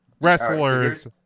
wrestlers